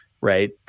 right